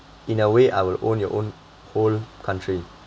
in a way I will own your own whole country